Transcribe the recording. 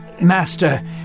Master